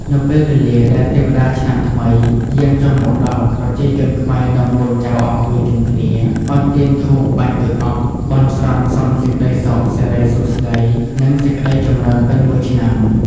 នៅពេលវេលាដែលទេវតាឆ្នាំង្មី យាងចុះមកដល់ ប្រជាជនខ្មែរនាំកូនចៅអង្គុយជុំគ្នា អុជទៀនធូប បាញ់ទឹកអប់ បន់ស្រន់សុំសេចក្ដីសុខ សិរីសួស្ដី និងសេចក្ដីចម្រើនពេញមួយឆ្នាំ។